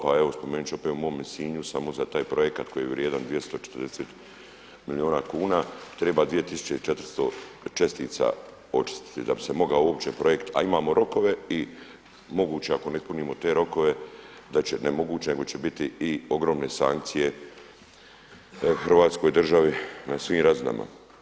Pa evo spomenut ću opet u mome Sinju samo za taj projekat koji je vrijedan 240 milijuna kuna treba 2.400 čestica očistiti da bi se mogao uopće projekt, a imamo rokove i moguće ako ne ispunimo te rokove, ne moguće, nego će biti i ogromne sankcije Hrvatskoj državi na svim razinama.